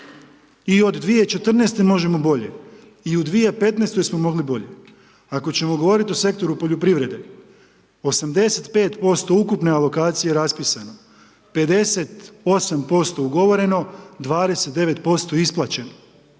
I od 2014. možemo bolje. I u 2015. smo mogli bolje. Ako ćemo govoriti o sektoru poljoprivrede, 85% ukupne alokacije raspisano je, 58% ugovoreno, 29% isplaćeno.